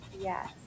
Yes